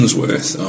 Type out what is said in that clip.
worth